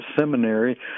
seminary